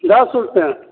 दश रुपए